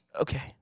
Okay